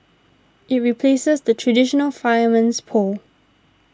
it replaces the traditional fireman's pole